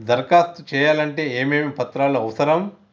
దరఖాస్తు చేయాలంటే ఏమేమి పత్రాలు అవసరం?